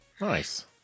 nice